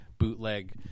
bootleg